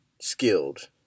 skilled